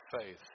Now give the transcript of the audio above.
faith